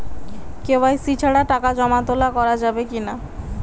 KYC ছাড়া টাকা জমা তোলা করা যাবে কি না?